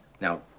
Now